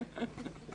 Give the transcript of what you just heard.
בבקשה.